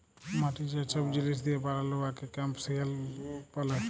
মাটি যে ছব জিলিস দিঁয়ে বালাল উয়াকে কম্পসিশল ব্যলে